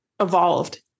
evolved